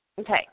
Okay